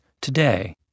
today